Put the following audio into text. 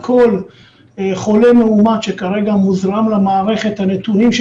על כל חולה מאומת שכרגע מוזרם למערכת הנתונים של